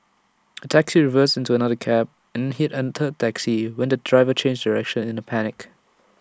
A taxi reversed into another cab then hit A third taxi when the driver changed direction in A panic